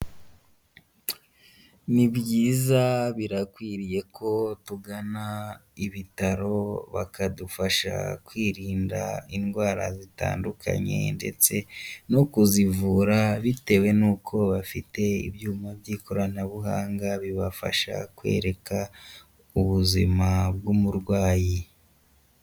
Nibyiza birakwiriye ko tugana ibitaro bakadufasha kwirinda indwara zitandukanye ndetse no kuzivura bitewe n'uko bafite ibyuma by'ikoranabuhanga bibafasha kwereka ubuzima bw'umurwayi.